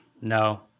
no